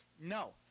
No